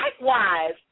likewise